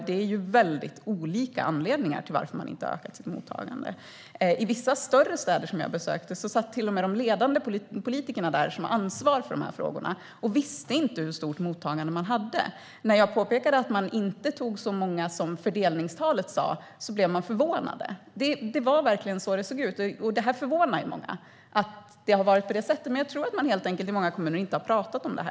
De har väldigt olika anledningar till att de inte har ökat sitt mottagande. I vissa större städer som jag besökte visste inte ens de ledande politikerna som har ansvar för de här frågorna hur stort mottagande man hade. När jag påpekade att de inte tog emot så många som fördelningstalet sa blev de förvånade. Det var verkligen så det såg ut. Det förvånar många att det har varit på det sättet, men jag tror att man i många kommuner helt enkelt inte har pratat om det.